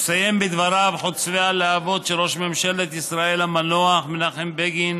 אסיים בדבריו חוצבי הלהבות של ראש ממשלת ישראל המנוח מנחם בגין,